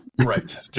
right